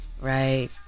right